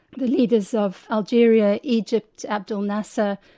the leaders of algeria, egypt, abdul nasser,